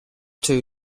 too